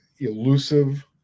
Elusive